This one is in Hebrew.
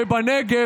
ובנגב,